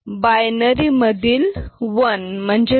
binary मधील 1 म्हणजे 20